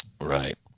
Right